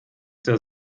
der